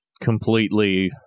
completely